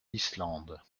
islande